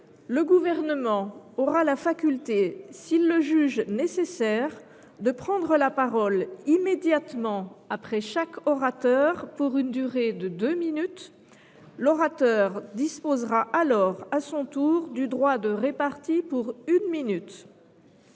le Gouvernement aura la faculté, s’il le juge nécessaire, de prendre la parole immédiatement après chaque orateur pour une durée de deux minutes ; l’orateur disposera alors à son tour du droit de répartie, pour une minute.